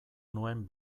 nuen